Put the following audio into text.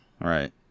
Right